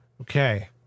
Okay